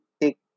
take